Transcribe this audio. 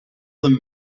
them